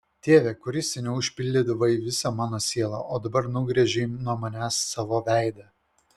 tėve kuris seniau užpildydavai visą mano sielą o dabar nugręžei nuo manęs savo veidą